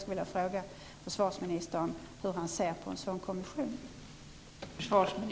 Jag vill fråga försvarsministern hur han ser på en sådan kommission.